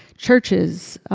churches,